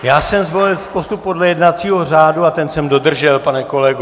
Já jsem zvolil postup podle jednacího řádu a ten jsem dodržel, pane kolego.